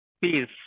peace